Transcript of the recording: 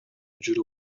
жүрүп